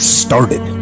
started